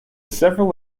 several